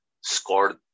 scored